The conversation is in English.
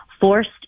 forced